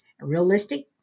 realistic